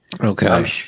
Okay